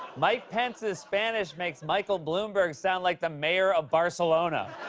mike pence's spanish makes michael bloomberg sound like the mayor of barcelona.